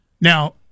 Now